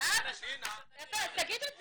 אז תגיד את זה.